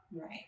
Right